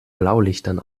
blaulichtern